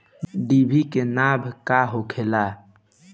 डिभी के नाव का होखेला?